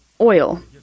oil